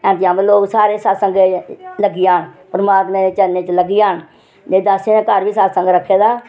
हां जी हां वा लोक सारे सतसंगे च लग्गी जाह्न परमात्मे दे चरणें च लग्गी जाह्न ते दासे दे घर बी सतसंग रक्खेदा